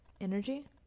energy